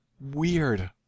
weird